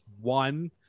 one